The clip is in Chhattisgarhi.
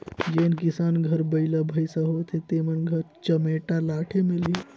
जेन किसान घर बइला भइसा होथे तेमन घर चमेटा लाठी मिलही